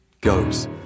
goes